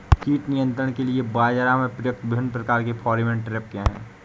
कीट नियंत्रण के लिए बाजरा में प्रयुक्त विभिन्न प्रकार के फेरोमोन ट्रैप क्या है?